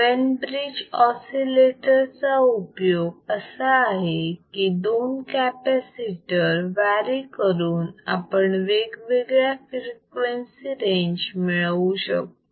Wien bridge oscillator चा उपयोग असा आहे की दोन कॅपॅसिटर वॅरी करून आपण वेगवेगळ्या फ्रिक्वेन्सी रेंज मिळवू शकतो